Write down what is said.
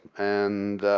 and